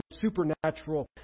supernatural